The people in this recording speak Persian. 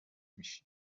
میشی